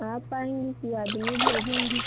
आप आएँगी कि आदमी भेजेंगी